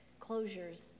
closures